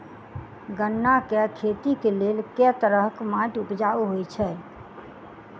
गन्ना केँ खेती केँ लेल केँ तरहक माटि उपजाउ होइ छै?